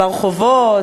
ברחובות,